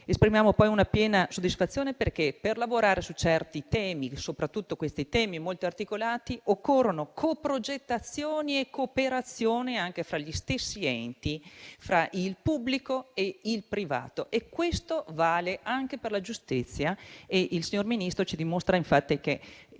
Esprimiamo poi piena soddisfazione perché per lavorare su certi temi, soprattutto su alcuni molto articolati, occorrono co-progettazioni e cooperazione anche fra gli stessi enti, fra il pubblico e il privato e ciò vale anche per la giustizia e lei, signor Ministro, ci ha dimostrato infatti che